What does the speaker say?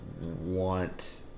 want